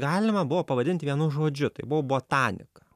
galima buvo pavadint vienu žodžiu tai buvo botanika